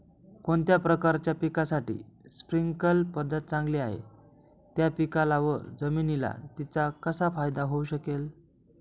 कोणत्या प्रकारच्या पिकासाठी स्प्रिंकल पद्धत चांगली आहे? त्या पिकाला व जमिनीला तिचा कसा फायदा होऊ शकेल?